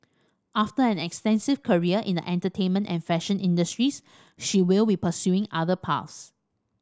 after an extensive career in the entertainment and fashion industries she will we pursuing other paths